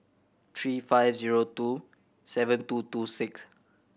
three five zero two seven two two six